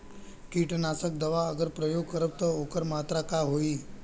कीटनाशक दवा अगर प्रयोग करब त ओकर मात्रा का होई?